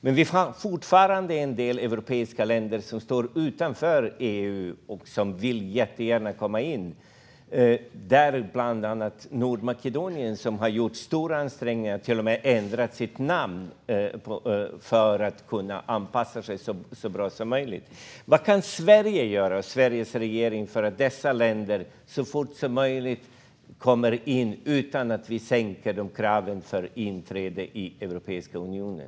Men det finns fortfarande en del europeiska länder som står utanför EU och som jättegärna vill komma in, däribland Nordmakedonien, som har gjort stora ansträngningar och till och med ändrat sitt namn för att anpassa sig så bra som möjligt. Vad kan Sverige och Sveriges regering göra för att dessa länder så fort som möjligt ska komma in utan att vi sänker kraven för inträde i Europeiska unionen?